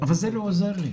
זה לא עוזר לי.